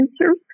answers